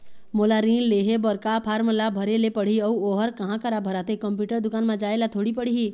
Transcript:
मोला ऋण लेहे बर का फार्म ला भरे ले पड़ही अऊ ओहर कहा करा भराथे, कंप्यूटर दुकान मा जाए ला थोड़ी पड़ही?